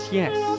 yes